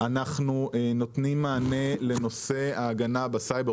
אנחנו נותנים מענה לנושא ההגנה בסייבר,